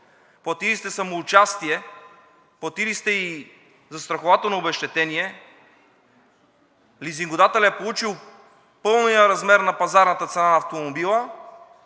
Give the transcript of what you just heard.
платили сте самоучастие, платили сте и застрахователно обезщетение. Лизингодателят е получил пълният размер на пазарната цена на автомобила,